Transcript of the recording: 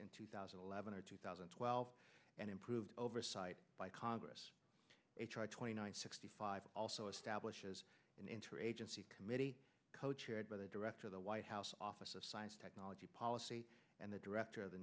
in two thousand and eleven or two thousand and twelve and improved oversight by congress a try twenty nine sixty five also establishes an interagency committee co chaired by the director of the white house office of science technology policy and the director of the